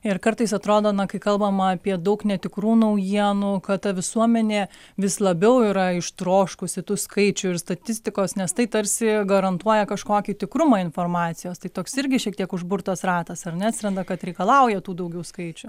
ir kartais atrodo na kai kalbam apie daug netikrų naujienų kad ta visuomenė vis labiau yra ištroškusi tų skaičių ir statistikos nes tai tarsi garantuoja kažkokį tikrumą informacijos tai toks irgi šiek tiek užburtas ratas ar ne atsiranda kad reikalauja tų daugiau skaičių